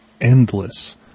endless